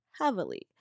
heavily